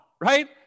right